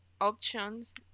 options